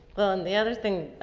the other thing,